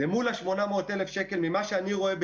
למול ה-800,000 שקל ממה שאני רואה,